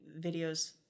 videos